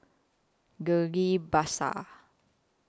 Ghillie BaSan